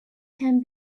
can